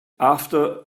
after